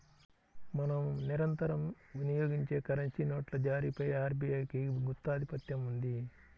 మనం నిరంతరం వినియోగించే కరెన్సీ నోట్ల జారీపై ఆర్బీఐకి గుత్తాధిపత్యం ఉంది